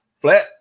Flat